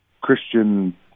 Christian-